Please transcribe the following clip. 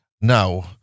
Now